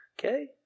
Okay